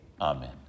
amen